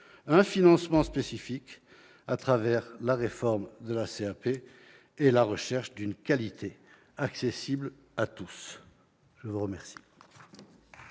un financement spécifique, à travers la réforme de la CAP et la recherche d'une qualité accessible à tous. La parole